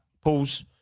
Pause